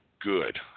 Good